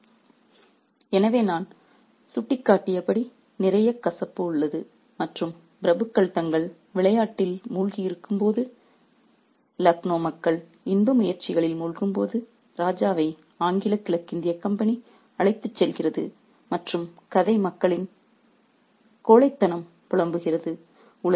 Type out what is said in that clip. refer slide time 4324 எனவே நான் சுட்டிக்காட்டியபடி நிறைய கசப்பு உள்ளது மற்றும் பிரபுக்கள் தங்கள் விளையாட்டில் மூழ்கி இருக்கும்போது லக்னோ மக்கள் தங்கள் இன்ப முயற்சிகளில் மூழ்கும்போது ராஜாவை ஆங்கில கிழக்கிந்திய கம்பெனி அழைத்துச் செல்கிறது மற்றும் கதை மக்களின் கோழைத்தனம் புலம்புகிறது